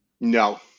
No